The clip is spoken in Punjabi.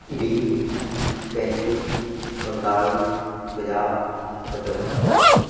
ਵੀਹ ਪੈਂਤੀ ਪੰਤਾਲ਼ੀ ਪੰਜਾਹ ਪਚਵੰਜਾ